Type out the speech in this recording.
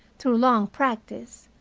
through long practise,